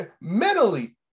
Mentally